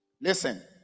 Listen